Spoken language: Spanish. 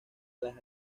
las